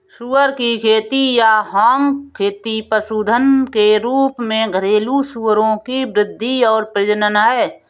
सुअर की खेती या हॉग खेती पशुधन के रूप में घरेलू सूअरों की वृद्धि और प्रजनन है